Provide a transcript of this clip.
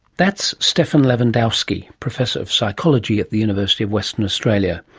that's stephan lewandowsky, professor of psychology at the university of western australia.